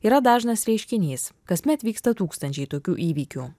yra dažnas reiškinys kasmet vyksta tūkstančiai tokių įvykių